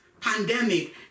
pandemic